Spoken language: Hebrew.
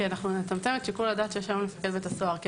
כי אנחנו נצמצם את שיקול הדעת שיש למפקד בית הסוהר.